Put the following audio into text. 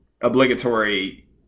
obligatory